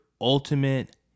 ultimate